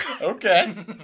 Okay